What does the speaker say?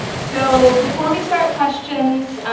so before we start questions,